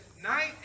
Night